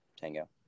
tango